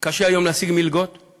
קשה היום להשיג מלגות,